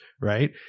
right